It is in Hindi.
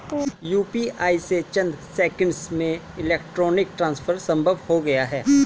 यूपीआई से चंद सेकंड्स में इलेक्ट्रॉनिक ट्रांसफर संभव हो गया है